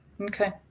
Okay